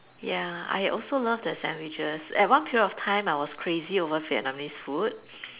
ya I also love their sandwiches at one period of time I was crazy over Vietnamese food